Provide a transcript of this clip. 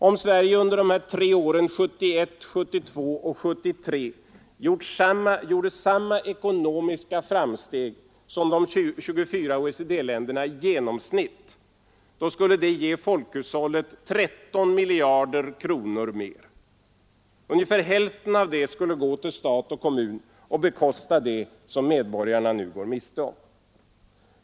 Om Sverige under de tre åren 1971, 1972 och 1973 gjorde samma ekonomiska framsteg som de 24 OECD-länderna i genomsnitt skulle det ge folkhushållet 13 miljarder kronor mer. Ungefär hälften av det skulle gå till stat och kommun och bekosta det som medborgarna nu går miste om.